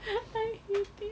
I hate it